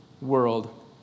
world